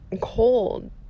cold